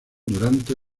durante